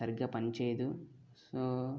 సరిగ్గా పనిచేయదు సో